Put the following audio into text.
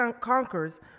conquers